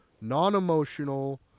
non-emotional